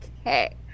okay